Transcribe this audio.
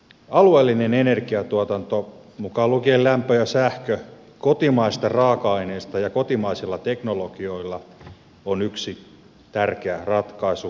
alueellinen energiantuotanto mukaan lukien lämpö ja sähkö kotimaisista raaka aineista ja kotimaisilla teknologioilla on yksi tärkeä ratkaisu